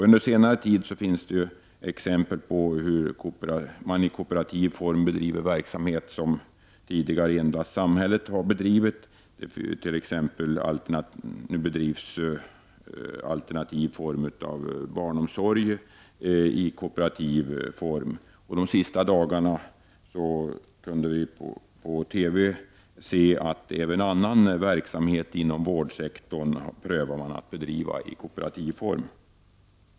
Under senare tid kan vi se exempel på hur man i kooperativ form bedriver verksamhet som tidigare endast samhället har bedrivit; det gäller t.ex. alternativ barnomsorg. Det senaste dagarna har vi på TV kunnat se att man prövar att bedriva även annan verksamhet inom vårdsektorn i kooperativ form.